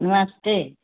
नमस्ते